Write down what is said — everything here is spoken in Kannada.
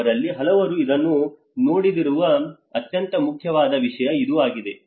ಅವರಲ್ಲಿ ಹಲವರು ಇದನ್ನು ನೋಡದಿರುವ ಅತ್ಯಂತ ಮುಖ್ಯವಾದ ವಿಷಯ ಇದು ಆಗಿದೆ